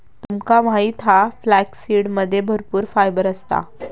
तुमका माहित हा फ्लॅक्ससीडमध्ये भरपूर फायबर असता